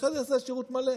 אחרי זה יעשה שירות מלא.